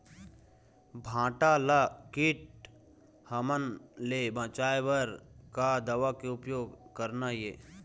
भांटा ला कीट हमन ले बचाए बर का दवा के उपयोग करना ये?